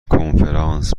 کنفرانس